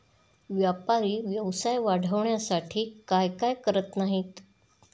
व्यापारी व्यवसाय वाढवण्यासाठी काय काय करत नाहीत